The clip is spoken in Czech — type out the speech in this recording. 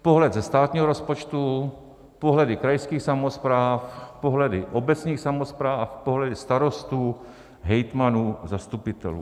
Pohled ze státního rozpočtu, pohledy krajských samospráv, pohledy obecních samospráv a pohledy starostů, hejtmanů, zastupitelů.